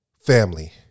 Family